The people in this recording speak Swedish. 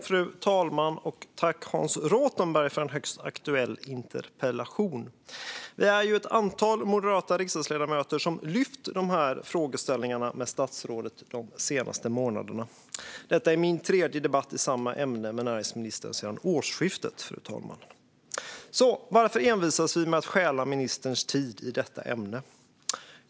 Fru talman! Tack, Hans Rothenberg, för en högst aktuell interpellation! Vi är ett antal moderata riksdagsledamöter som har lyft de här frågeställningarna med statsrådet de senaste månaderna. Detta är min tredje debatt i samma ämne med näringsministern sedan årsskiftet, fru talman. Varför envisas vi med att stjäla ministerns tid när det gäller detta ämne?